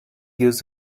gives